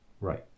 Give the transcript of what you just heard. Right